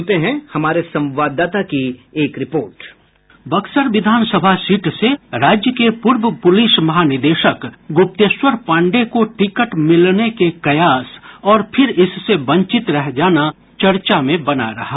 सुनते हैं हमारे संवाददाता की एक रिपोर्ट साउंड बाईट बक्सर विधान सभा सीट से राज्य के पूर्व पुलिस महानिदेशक गुप्तेश्वर पांडेय को टिकट मिलने के कयास और फिर इससे वंचित रह जाना चर्चा में बना रहा